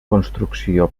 construcció